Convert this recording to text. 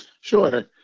Sure